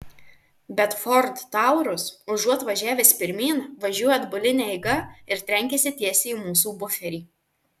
bet ford taurus užuot važiavęs pirmyn važiuoja atbuline eiga ir trenkiasi tiesiai į mūsų buferį